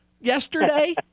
yesterday